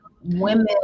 Women